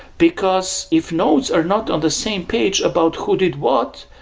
because if nodes are not on the same page about who did what,